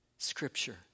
Scripture